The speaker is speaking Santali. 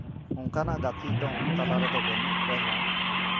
ᱚᱱᱠᱟᱱᱟᱜ ᱜᱟᱛᱮᱜ ᱫᱚ ᱩᱱᱠᱩ ᱛᱟᱞᱟ ᱨᱮᱫᱚ ᱵᱟᱹᱱᱩᱜ ᱨᱮᱦᱚᱸ